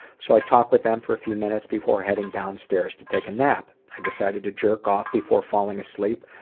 so i talked with them for a few minutes before heading downstairs to take a nap. i decided to jerk off before falling asleep,